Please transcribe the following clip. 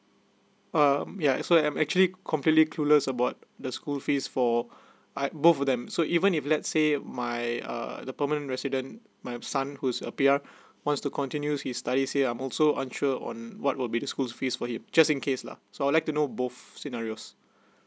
um yeah so I'm actually completely clueless about the school fees for ah~ both of them so even if let's say at my uh the permanent resident my son who's appear wants to continue his study here I'm also unsure on what will be the schools fees for him just in case lah so I would like to know both scenarios